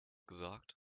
gesagt